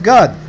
God